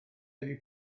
ydy